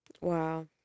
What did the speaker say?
Wow